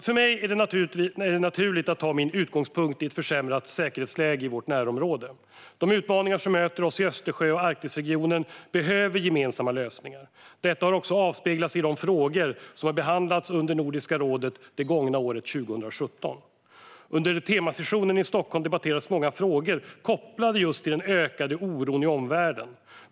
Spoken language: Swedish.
För mig är det naturligt att ta min utgångspunkt i ett försämrat säkerhetsläge i vårt närområde. De utmaningar som möter oss i Östersjö och Arktisregionen behöver gemensamma lösningar. Detta har också avspeglat sig i de frågor som har behandlats i Nordiska rådet under det gångna året 2017. Under temasessionen i Stockholm debatterades många frågor kopplade till den ökande oron i omvärlden.